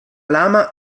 lama